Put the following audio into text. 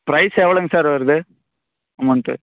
price எவ்ளோங்க sir வருது amount